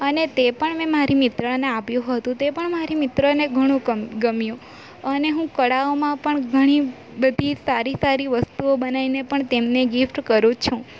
અને તે પણ મેં મારી મિત્રને આપ્યું હતું તે પણ મારી મિત્રને ઘણું ગમ ગમ્યું અને હું કળાઓમાં પણ ઘણી બધી સારી સારી વસ્તુઓ બનાઈને પણ તેમને ગિફ્ટ કરું છું